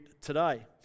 today